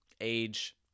age